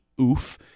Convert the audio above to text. oof